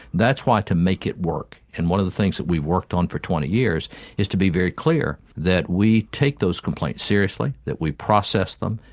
that's why to make it work, and one of the things that we've worked on for twenty years is to be very clear that we take those complaints seriously, that we process them,